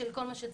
של כל מה שצריך.